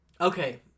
okay